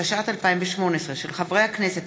התשע"ט 2018, של חברי הכנסת